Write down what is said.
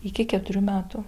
iki keturių metų